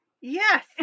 Yes